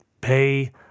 pay